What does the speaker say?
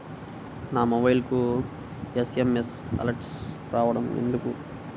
నా మొబైల్కు SMS alerts రావడం లేదు ఎందుకు?